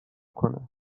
کنه